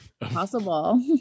possible